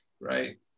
right